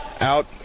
out